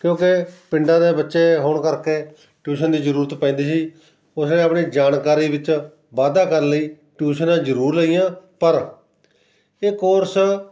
ਕਿਉਂਕਿ ਪਿੰਡਾਂ ਦੇ ਬੱਚੇ ਹੋਣ ਕਰਕੇ ਟਿਊਸ਼ਨ ਦੀ ਜ਼ਰੂਰਤ ਪੈਂਦੀ ਸੀ ਉਸਨੇ ਆਪਣੀ ਜਾਣਕਾਰੀ ਵਿੱਚ ਵਾਧਾ ਕਰਨ ਲਈ ਟਿਊਸ਼ਨਾਂ ਜ਼ਰੂਰ ਲਈਆਂ ਪਰ ਇਹ ਕੋਰਸ